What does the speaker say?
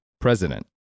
president